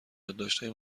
یادداشتهای